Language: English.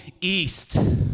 east